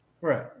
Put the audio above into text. Right